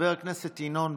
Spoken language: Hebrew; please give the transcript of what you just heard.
חבר הכנסת ינון,